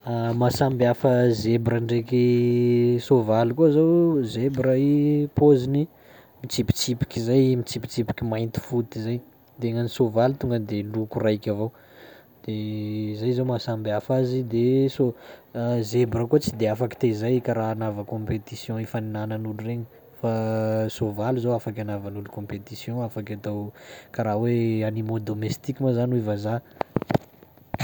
Mahasamby hafa zebra ndraiky soavaly koa zao zebra i paoziny mitsipitsipiky zay i- mitsipitsipiky mainty foty zay de gnan'ny sôvaly tonga de loko raiky avao, de zay zao mahasamby hafa azy, de soa- zebra koa tsy de afaky tezay karaha anava compétition ifaninanan'olo regny fa soavaly zao afaky anavan'olo compétition, afaky atao kara hoe animaux domestique moa zany hoy vazaha.